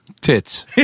Tits